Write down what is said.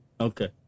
Okay